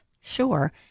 Sure